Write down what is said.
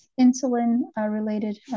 insulin-related